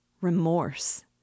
remorse